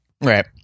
Right